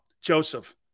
Joseph